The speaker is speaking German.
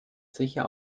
sicher